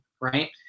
right